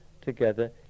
together